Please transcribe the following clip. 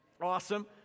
Awesome